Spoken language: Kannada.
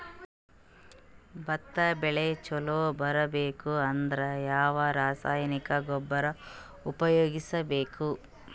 ಭತ್ತ ಬೆಳಿ ಚಲೋ ಬರಬೇಕು ಅಂದ್ರ ಯಾವ ರಾಸಾಯನಿಕ ಗೊಬ್ಬರ ಉಪಯೋಗಿಸ ಬೇಕು?